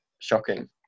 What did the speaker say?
shocking